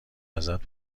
ازت